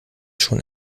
schon